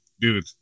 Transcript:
dude